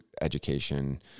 education